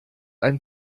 ein